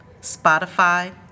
Spotify